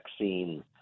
vaccine